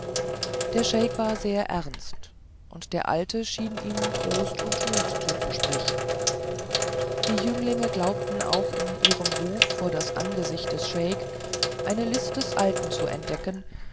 der scheik war sehr ernst und der alte schien ihm trost und mut zuzusprechen die jünglinge glaubten auch in ihrem ruf vor das angesicht des scheik eine list des alten zu entdecken